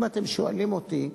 אם אתם שואלים אותי,